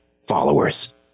followers